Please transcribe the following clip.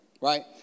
right